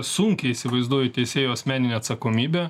sunkiai įsivaizduoju teisėjo asmeninę atsakomybę